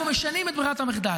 אנחנו משנים את ברירת המחדל.